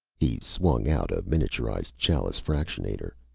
he swung out a miniaturized challis fractionator.